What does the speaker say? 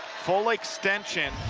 full extension